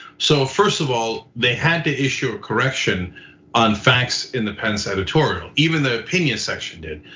so first of all, they had to issue a correction on facts, in the pence editorial, even the opinions section did.